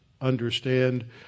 understand